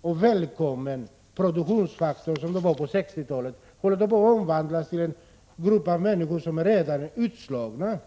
och välkommen produktionsfaktor, som de var på 1960 talet, håller invandrarna på att omvandlas till en grupp av människor som redan är utslagna.